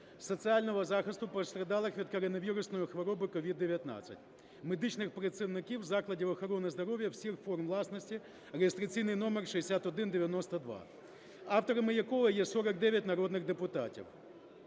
соціального захисту постраждалих від коронавірусної хвороби (COVID-19) медичних працівників закладів охорони здоров’я всіх форм власності (реєстраційний номер 6192), авторами якого є 49 народних депутатів.